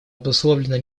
обусловлено